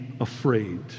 afraid